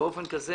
באופן כזה